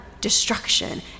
destruction